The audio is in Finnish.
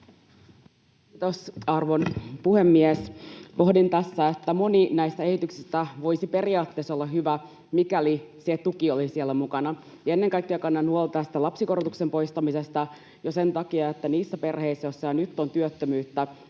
Kiitos, arvon puhemies! Pohdin tässä, että moni näistä esityksistä voisi periaatteessa olla hyvä, mikäli se tuki olisi siellä mukana. Ennen kaikkea kannan huolta lapsikorotuksen poistamisesta jo sen takia, että niissä perheissä, joissa nyt on työttömyyttä,